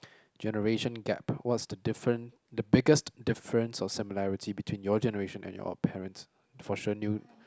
generation gap what's the different the biggest difference of similarity between your generation and your parents for sure new